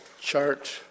chart